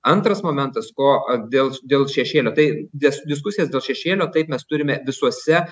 antras momentas ko dėl dėl šešėlio tai dis diskusijos dėl šešėlio taip mes turime visuose